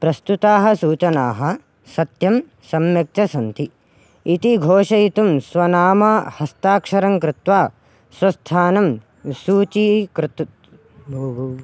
प्रस्तुताः सूचनाः सत्यं सम्यक् च सन्ति इति घोषयितुं स्वनाम हस्ताक्षरं कृत्वा स्वस्थानं सूचीकुरु